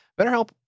BetterHelp